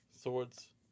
Swords